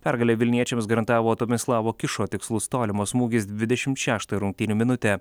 pergalę vilniečiams garantavo tomislavo kišo tikslus tolimas smūgis dvidešim šeštą rungtynių minutę